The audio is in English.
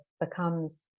becomes